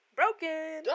broken